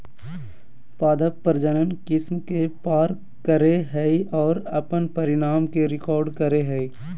पादप प्रजनन किस्म के पार करेय हइ और अपन परिणाम के रिकॉर्ड करेय हइ